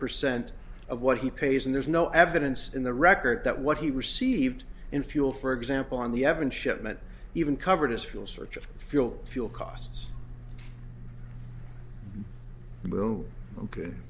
percent of what he pays and there's no evidence in the record that what he received in fuel for example on the evan shipment even covered his fuel search of fuel fuel costs